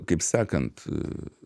kaip sakant